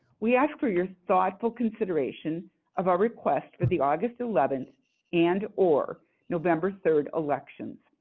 we ask for your thoughtful consideration of our request for the august eleventh and or november third elections.